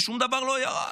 ושום דבר לא ירד.